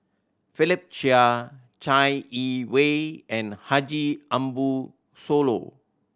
Philip Chia Chai Yee Wei and Haji Ambo Sooloh